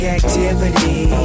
activity